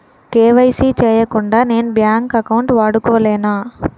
KYC చేయకుండా నేను bank account వాడుకొలేన?